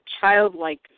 childlike